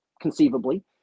conceivably